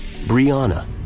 Brianna